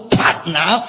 partner